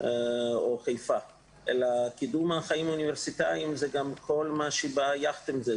או חיפה, אלא כל מה שבא יחד עם זה.